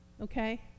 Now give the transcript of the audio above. okay